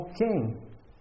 king